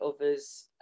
others